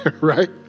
Right